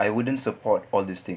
I wouldn't support all these things